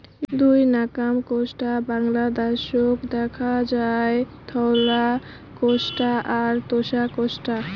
দুই নাকান কোষ্টা বাংলাদ্যাশত দ্যাখা যায়, ধওলা কোষ্টা আর তোষা কোষ্টা